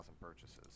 purchases